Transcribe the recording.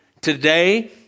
today